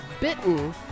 bitten